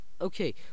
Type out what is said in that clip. okay